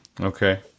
Okay